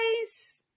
guys